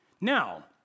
Now